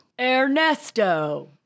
Ernesto